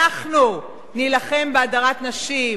אנחנו נילחם בהדרת נשים,